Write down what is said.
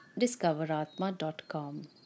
discoveratma.com